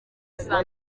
saa